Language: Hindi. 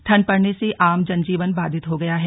ठंड बढ़ने से आम जनजीवन बाधित हो गया है